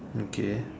okay